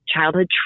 childhood